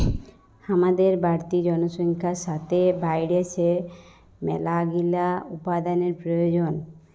হামাদের বাড়তি জনসংখ্যার সাতে বাইড়ছে মেলাগিলা উপাদানের প্রয়োজন